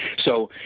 so,